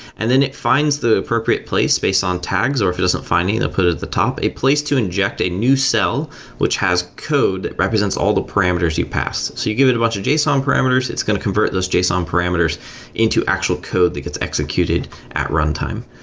and then it finds the appropriate place based on tags or if it doesn't find any they'll put it at the top, a place to inject a new cell which has code. it represents all the parameters you pass. so you give it a bunch of json um parameters. it's going to convert those json um parameters into actual code that gets executed at runtime.